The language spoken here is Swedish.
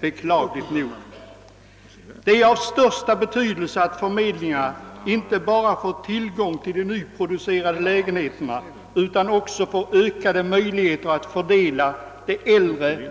Det är av största betydelse att förmedlingarna inte bara får tillgång till de nyproducerade lägenheterna utan också får ökade möjligheter att fördela de